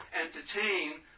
entertain